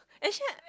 actually